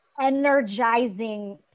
energizing